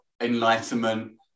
enlightenment